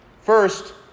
First